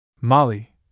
Molly